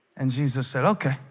and jesus said okay